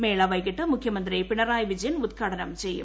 മേള വൈകിട്ട് മുഖ്യമന്ത്രി പിണറായി വിജയൻ ഉദ്ഘാടനം ചെയ്യും